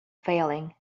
failing